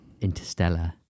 Interstellar